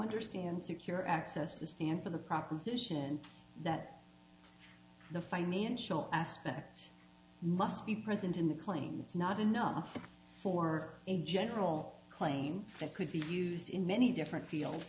understand secure access to stand for the proposition that the financial aspects must be present in the claim it's not enough for a general claim it could be used in many different fields